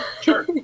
sure